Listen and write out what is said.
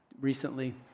recently